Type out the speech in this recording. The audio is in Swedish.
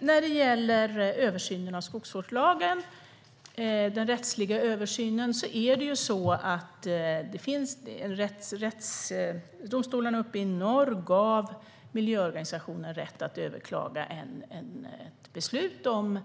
När det gäller den rättsliga översynen av skogsvårdslagen har domstolarna i norr givit miljöorganisationer rätt att överklaga ett beslut om